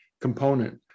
component